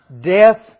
Death